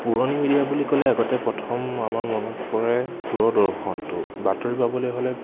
পুৰণি মিডিয়া বুলি ক'লে আগতে প্ৰথম আমাৰ মনত পৰে দূৰদৰ্শনটো বাতৰি পাবলৈ হ'লে